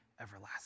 everlasting